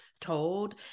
told